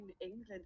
england